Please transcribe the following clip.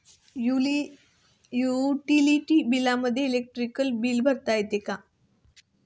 Utility बिलामध्ये electronic bill भरता येते का?